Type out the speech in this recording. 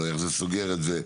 אולי איך זה סוגר את זה.